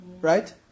right